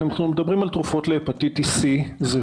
אנחנו מדברים על תרופות להפטיטיס C. זה